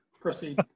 Proceed